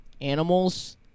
animals